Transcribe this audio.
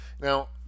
Now